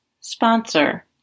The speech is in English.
Sponsor